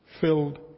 filled